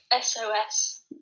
SOS